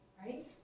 Right